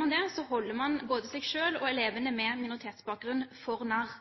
man det, holder man både seg selv og elevene med minoritetsbakgrunn for narr.